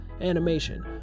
animation